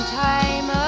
time